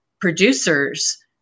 producers